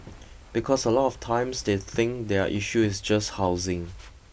because a lot of times they think their issue is just housing